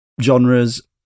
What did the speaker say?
genres